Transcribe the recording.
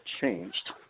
changed